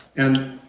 and